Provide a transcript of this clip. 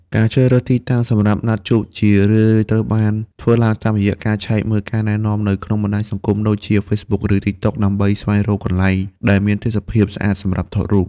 ការជ្រើសរើសទីតាំងសម្រាប់ណាត់ជួប ជារឿយៗត្រូវបានធ្វើឡើងតាមរយៈការឆែកមើលការណែនាំនៅក្នុងបណ្ដាញសង្គមដូចជា Facebook ឬ TikTok ដើម្បីស្វែងរកកន្លែងដែលមានទេសភាពស្អាតសម្រាប់ថតរូប។